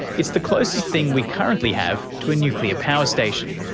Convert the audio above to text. it's the closest thing we currently have to a nuclear power station.